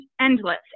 endless